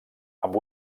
amb